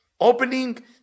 Opening